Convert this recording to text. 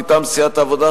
מטעם סיעת העבודה,